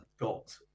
got